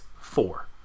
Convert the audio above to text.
four